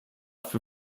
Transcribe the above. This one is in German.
für